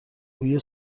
بوی